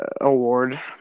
award